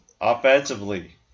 offensively